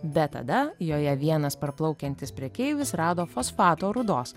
bet tada joje vienas praplaukiantis prekeivis rado fosfato rūdos